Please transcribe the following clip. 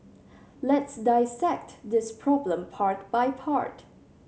let's dissect this problem part by part